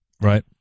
Right